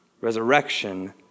resurrection